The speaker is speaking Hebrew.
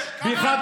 למה אתה משקר,